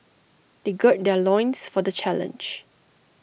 they gird their loins for the challenge